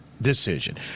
decision